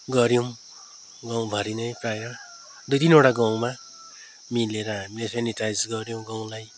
गऱ्यौँ गाउँभरि नै प्रायः दुई तिनवटा गाउँमा मिलेर हामीले सेनिटाइज गऱ्यौँ गाउँलाई